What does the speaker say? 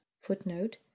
Footnote